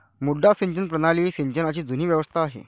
मुड्डा सिंचन प्रणाली ही सिंचनाची जुनी व्यवस्था आहे